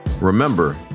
Remember